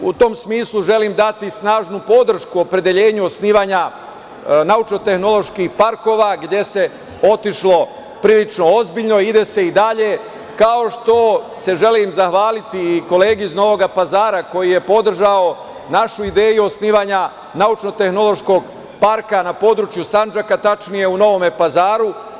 U tom smislu želim dati snažnu podršku opredeljenju osnivanja naučno-tehnoloških parkova gde se otišlo prilično ozbiljno i ide se i dalje, kao što se želim zahvaliti i kolegi iz Novog Pazara koji je podržao našu ideju osnivanja naučno-tehnološkog parka na području Sandžaka, tačnije u Novom Pazaru.